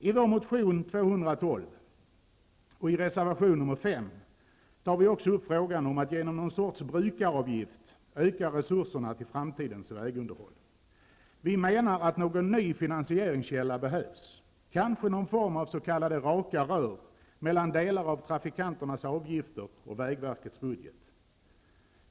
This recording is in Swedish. I vår motion T12 och i reservation 5 tar vi också upp frågan om att genom någon sorts brukaravgift öka resurserna till framtidens vägunderhåll. Vi menar att någon ny finanseringskälla behövs, kanske någon form av s.k. raka rör mellan delar av trafikanternas avgifter och vägverkets budget.